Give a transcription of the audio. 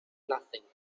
nothing